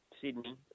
Sydney